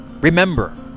Remember